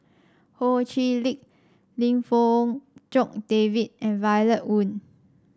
Ho Chee Lick Lim Fong Jock David and Violet Oon